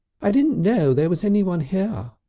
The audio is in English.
i didn't know there was anyone here,